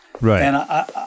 Right